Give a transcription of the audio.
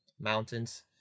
mountains